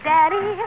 Daddy